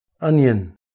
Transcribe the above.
Onion